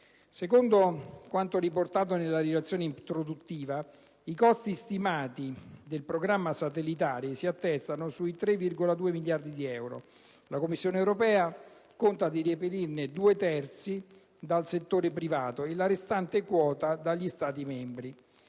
Secondo quanto riportato nella relazione introduttiva, i costi stimati del programma satellitare si attestano sui 3,2 miliardi di euro. La Commissione europea conta di reperirne due terzi dal settore privato e la restante quota dagli Stati membri.